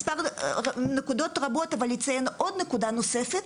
יש נקודות רבות, אבל אציין עוד נקודה נוספת.